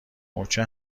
مورچه